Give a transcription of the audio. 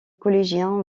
collégiens